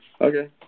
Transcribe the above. Okay